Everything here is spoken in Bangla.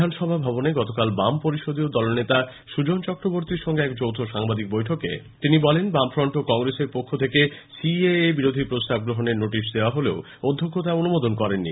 বিধানসভা ভবনে গতকাল বাম পরিষদীয় দলনেতা সুজন চক্রবর্তীর সঙ্গে যৌথ সাংবাদিক বৈঠকে তিনি বলেন বামফ্রন্ট ও কংগ্রেসের পক্ষ থেকে সিএএ বিরোধী প্রস্তাব গ্রহণের নোটিশ দেওয়া হলেও অধ্যক্ষ তা অনুমোদন করেননি